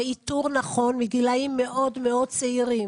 ואיתור נכון מגילאים מאוד צעירים,